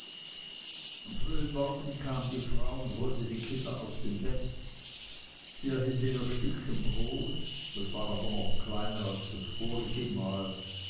am frühen morgen kam die frau und holte die kinder aus dem bette sie erhielten ihr stückchen brot das war aber noch kleiner als das vorigemal auf